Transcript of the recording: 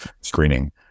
screening